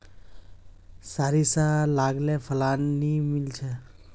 सारिसा लगाले फलान नि मीलचे?